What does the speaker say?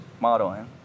modeling